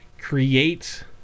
create